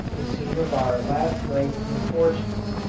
the scene of our last night's misfortunes,